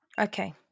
Okay